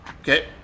Okay